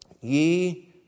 ye